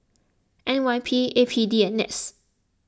N Y P A P D and NETS